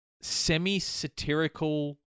semi-satirical